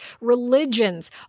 religions